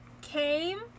came